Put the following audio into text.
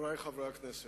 חברי חברי הכנסת,